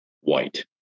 white